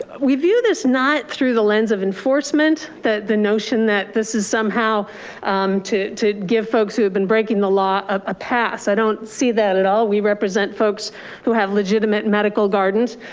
we view this not through the lens of enforcement, that the notion that this is somehow to to give folks have been breaking the law a pass, i don't see that at all. we represent folks who have legitimate medical gardens,